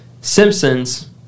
Simpsons